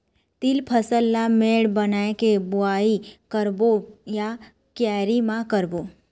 तील फसल ला मेड़ बना के बुआई करबो या क्यारी म करबो?